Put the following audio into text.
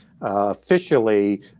officially